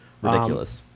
ridiculous